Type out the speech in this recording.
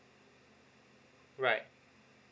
right